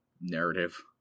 narrative